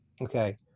okay